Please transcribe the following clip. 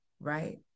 right